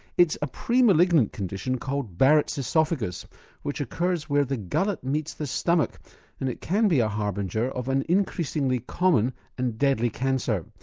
it's a pre-malignant condition called barrett's oesophagus which occurs where the gullet meets the stomach and it can be a harbinger of an increasingly common and deadly cancer.